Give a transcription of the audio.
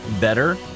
better